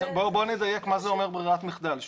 בואו נדייק מה זה אומר ברירת מחדל.